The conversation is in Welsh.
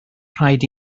rhaid